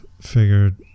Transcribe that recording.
figured